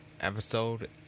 episode